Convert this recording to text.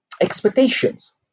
expectations